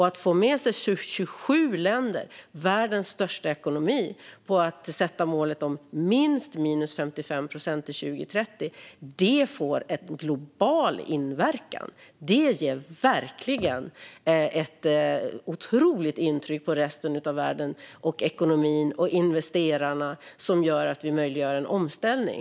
Att få med sig 27 länder i världens största ekonomi på att sätta målet om minst minus 55 procent till 2030 får en global inverkan; det gör verkligen ett otroligt intryck på resten av världen, på ekonomin och på investerarna som gör att vi möjliggör en omställning.